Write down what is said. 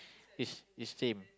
is is same